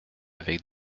avec